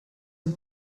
him